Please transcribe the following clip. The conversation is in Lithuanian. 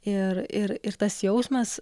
ir ir ir tas jausmas